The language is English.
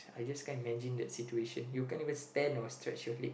I just can't imagine the situation you can't even stand or stretch your leg